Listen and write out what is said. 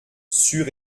sûr